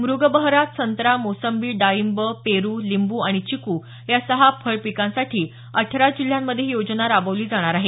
मुग बहारात संत्रा मोसंबी डाळिंब पेरु लिंबू आणि चिकू या सहा फळ पिकांसाठी अठरा जिल्ह्यांमधे ही योजना राबवली जाणार आहे